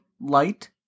light